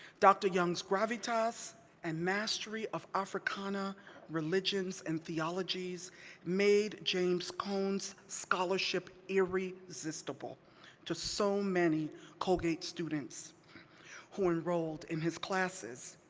dr. young's gravitas and mastery of africana religions and theologies made james cone's scholarship irresistible to so many colgate students who enrolled in his classes,